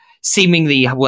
seemingly